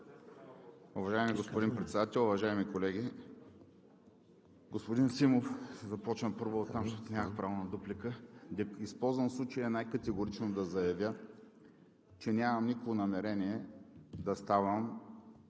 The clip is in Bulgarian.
Уважаеми господин Председател, уважаеми колеги! Господин Симов, ще започна първо оттам, защото нямах право на дуплика, да използвам случая най-категорично да заявя, че нямам никакво намерение да ставам